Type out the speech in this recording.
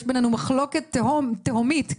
יש בינינו מחלוקת תהומית.